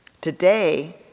Today